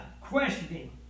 questioning